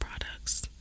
products